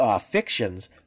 fictions